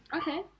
Okay